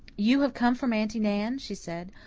you have come from aunty nan? she said.